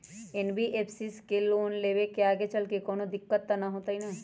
NBFC से loan लेबे से आगेचलके कौनो दिक्कत त न होतई न?